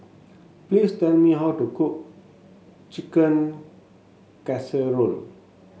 please tell me how to cook Chicken Casserole